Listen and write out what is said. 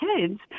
kids